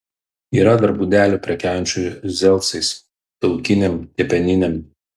yra dar būdelių prekiaujančių zelcais taukinėm kepeninėm